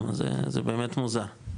זה באמת מוזר,